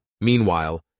Meanwhile